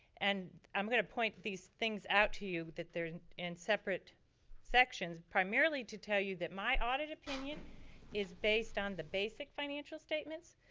and i'm gonna point these things out to you, that they're in separate sections, primarily to tell you that my audit opinion is based on the basic financial statements.